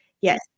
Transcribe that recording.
Yes